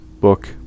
book